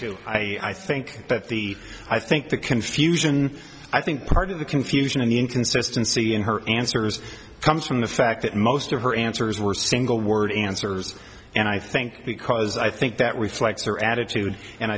you i think that the i think the confusion i think part of the confusion in the inconsistency in her answers comes from the fact that most of her answers were single word answers and i think because i think that reflects or attitude and